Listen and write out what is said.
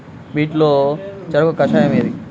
వీటిలో చెరకు కషాయం ఏది?